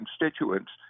constituents